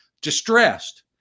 distressed